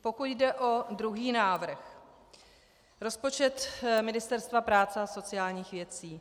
Pokud jde o druhý návrh, rozpočet Ministerstva práce a sociálních věcí.